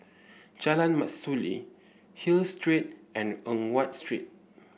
Jalan Mastuli Hill Street and Eng Watt Street